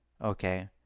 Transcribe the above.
Okay